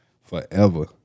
forever